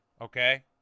okay